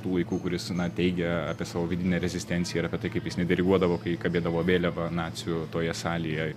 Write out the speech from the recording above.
tų laikų kuris na teigia apie savo vidinę rezistenciją ir apie tai kaip jis nediriguodavo kai kabėdavo vėliava nacijų toje salėje